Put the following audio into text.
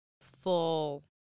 full